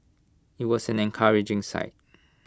IT was an encouraging sight